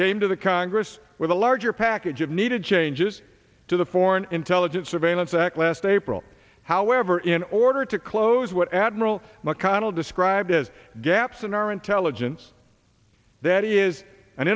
came to the congress with a larger package of needed changes to the foreign intelligence surveillance act last april however in order to close what admiral mcconnell described as gaps in our intelligence that is an